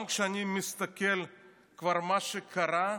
גם כשאני מסתכל כבר על מה שקרה,